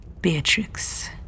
Beatrix